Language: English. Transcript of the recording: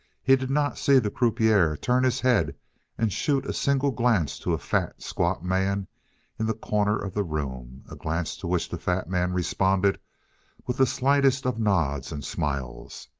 he did not see the croupier turn his head and shoot a single glance to a fat, squat man in the corner of the room, a glance to which the fat man responded with the slightest of nods and smiles.